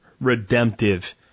redemptive